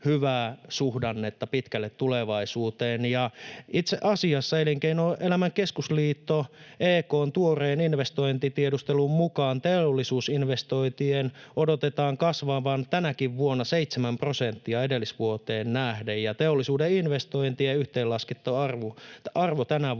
suhdannetta pitkälle tulevaisuuteen. Itse asiassa Elinkeinoelämän keskusliitto EK:n tuoreen investointitiedustelun mukaan teollisuusinvestointien odotetaan kasvavan tänäkin vuonna seitsemän prosenttia edellisvuoteen nähden ja teollisuuden investointien yhteenlaskettu arvo tänä vuonna